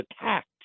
attacked